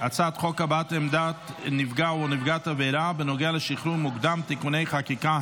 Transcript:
חוק הבעת עמדת נפגע או נפגעת עבירה בנוגע לשחרור מוקדם (תיקוני חקיקה),